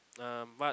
um but